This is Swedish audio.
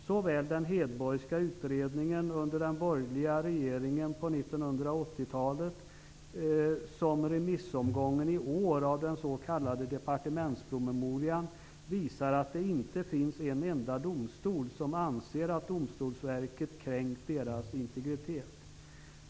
Såväl den Hedborgska utredningen under den borgerliga regeringen på 1980-talet som remissomgången för den s.k. departementspromemorian i år visar att det inte finns en enda domstol som anser att Domstolsverket kränkt dess integritet.